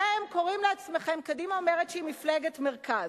אתם קוראים לעצמכם, קדימה אומרת שהיא מפלגת מרכז.